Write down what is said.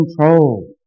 control